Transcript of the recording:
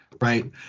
right